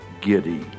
giddy